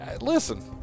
listen